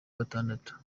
gatandatu